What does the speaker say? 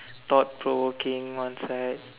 thought provoking one side